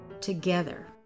together